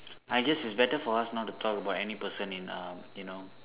I guess it's better for us not to talk about any person in um you know